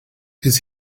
his